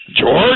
George